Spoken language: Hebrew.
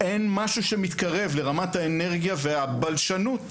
משהו שמתקרב לרמת האנרגיה והבלשנות.